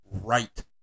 right